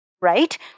right